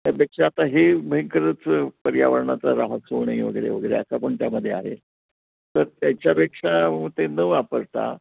त्यापेक्षा आता हे म्हणजे खरंच पर्यावरणाचा ऱ्हास होऊ नये वगैरे वगैरे असा पण त्यामध्ये आहे तर त्याच्यापेक्षा मग ते न वापरता